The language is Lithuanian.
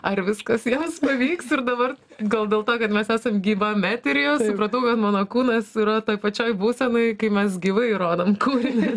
ar viskas jos pavyks ir dabar gal dėl to kad mes esam gyvam etery jau supratau kad mano kūnas yra toj pačioj būsenoj kai mes gyvai rodom kūrinį